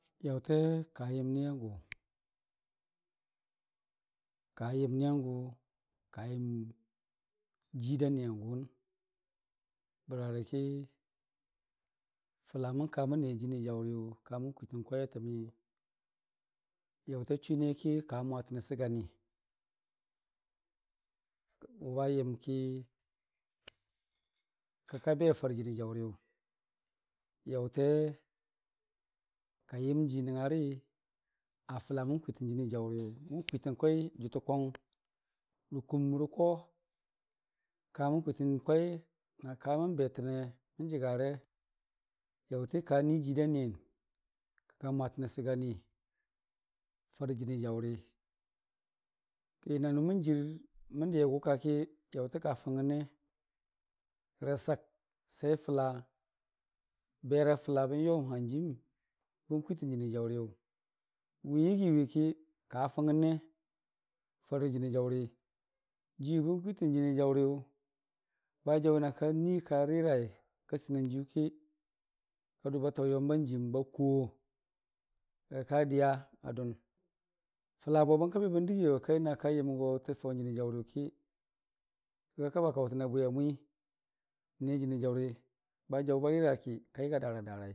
Yaʊte ka yəm niyangʊ ka yəm niyangʊ kaa yəm jiida niyangʊwʊn bərarəki fʊla mən ka mən ne jənɨ jaʊriyʊ ka mən kwiitən kwai a təmi yaəta chuneki ka mwatəne sək a nii wʊba yəmki kibabe farə jənii jaʊri yʊ. Yaʊte, ka yəm jii nəngngari a fʊla mən kwiitən jənii jaʊriyʊ mən kwitən kwai jʊtənkwang rə kuumrə ko kamən kwiitən kwai na kamən betəne mən jəgare yaʊtə ka nuii jiirda niyən kəka mwatəne sək a ni fərə jɨnii jaʊri ki nanʊ mən jɨr mən diya gʊkaki yaʊtə ka fʊngngəneq rə sək se fʊla bera fʊlabən yo n'hanjiim bən kwiitən jɨnii jaʊriyʊ, gʊ n'yɨgiiwiki ka fʊngngənne farə jənii jaʊri, jiiwʊ bən kwiitən jɨnii jaʊriyʊ ba jaʊna ba nuii ka rirai ka siitən n'jiiyu ki kadʊ ba taʊ yamba n'jiim ba kuwo kika diya adʊni, fʊlabo bən kabi bən dəgiiye wa kaiyʊ na ka yəm go tə faʊ n'jənii jaʊriyʊki kəka kaba kaʊ təne bwi amwi n'ne jənii jaʊri a rira ki ka yəgi a daradarai.